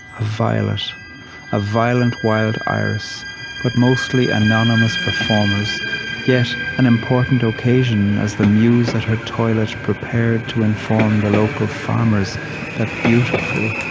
a violet a violent wild iris but mostly anonymous performers yet an important occasion as the muse at her toilet prepared to inform the local farmers that beautiful,